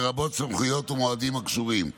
לרבות סמכויות ומועדים הקשורים אליו.